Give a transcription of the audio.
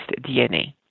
DNA